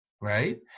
right